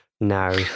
No